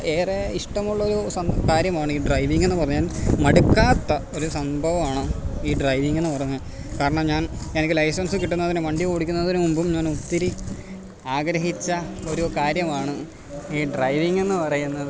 ഏറെ ഇഷ്ടമുള്ളൊരു കാര്യമാണ് ഈ ഡ്രൈവിംഗ് എന്നു പറഞ്ഞാൽ മടുക്കാത്ത ഒരു സംഭവമാണ് ഈ ഡ്രൈവിംഗ് എന്നു പറഞ്ഞാൽ കാരണം ഞാൻ എനിക്ക് ലൈസൻസ് കിട്ടുന്നതിന് വണ്ടിയോടിക്കുന്നതിനു മുൻപും ഞാൻ ഒത്തിരി ആഗ്രഹിച്ച ഒരു കാര്യമാണ് ഈ ഡ്രൈവിംഗ് എന്നു പറയുന്നത്